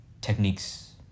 techniques